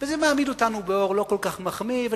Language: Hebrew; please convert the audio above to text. וזה מעמיד אותנו באור לא כל כך מחמיא.